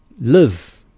live